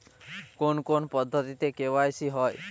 কোন কোন পদ্ধতিতে কে.ওয়াই.সি হয়?